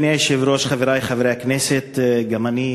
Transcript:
אדוני היושב-ראש, חברי חברי הכנסת, גם אני